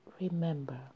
remember